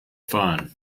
fun